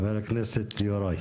חבר הכנסת יוראי.